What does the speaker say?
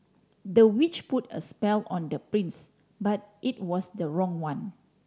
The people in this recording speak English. the witch put a spell on the prince but it was the wrong one